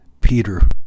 Peter